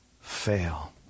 fail